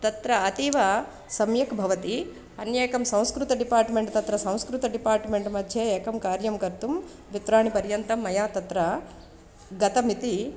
तत्र अतीव सम्यक् भवति अन्येकं संस्कृतं डिपार्ट्मेण्ट् तत्र संस्कृतं डिपार्ट्मेण्ट् मध्ये एकं कार्यं कर्तुं द्वित्राणि पर्यन्तं मया तत्र गतमिति